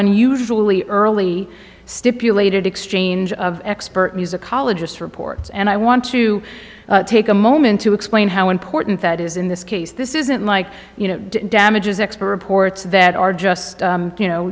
unusually early stipulated exchange of expert musicologist rip courts and i want to take a moment to explain how important that is in this case this isn't like you know damages expert ports that are just you know